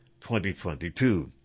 2022